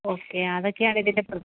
okay അതൊക്കെയാണ് ഇതിൻ്റെ പ്രത്യേകത